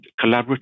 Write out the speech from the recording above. collaborative